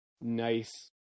nice